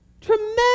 tremendous